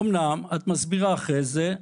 אמנם את מסבירה אחרי זה,